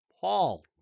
Paul